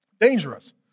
Dangerous